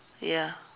ya